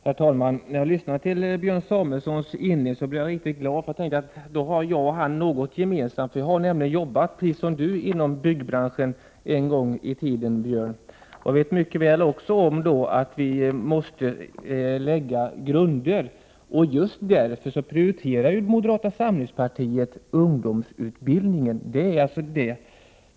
Herr talman! När jag lyssnade till Björn Samuelsons inlägg blev jag riktigt glad. Jag tänkte att vi har något gemensamt. Precis som Björn Samuelson har jag arbetat i byggbranschen och vet mycket väl att det är nödvändigt att lägga en grund. Därför prioriterar ju moderata samlingspartiet ungdomsutbildningen. Detta är alltså skälet.